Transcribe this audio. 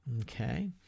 Okay